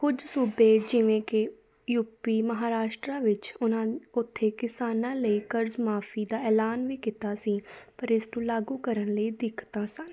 ਕੁਝ ਸੂਬੇ ਜਿਵੇਂ ਕਿ ਯੂਪੀ ਮਹਾਰਾਸ਼ਟਰਾ ਵਿੱਚ ਉਹਨਾਂ ਉੱਥੇ ਕਿਸਾਨਾਂ ਲਈ ਕਰਜ਼ ਮਾਫ਼ੀ ਦਾ ਐਲਾਨ ਵੀ ਕੀਤਾ ਸੀ ਪਰ ਇਸ ਨੂੰ ਲਾਗੂ ਕਰਨ ਲਈ ਦਿੱਕਤਾਂ ਸਨ